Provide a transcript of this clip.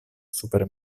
super